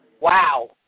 Wow